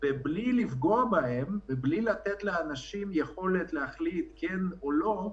ובלי לפגוע בהם ובלי לתת לאנשים יכולת להחליט אם כן או לא,